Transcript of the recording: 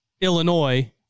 Illinois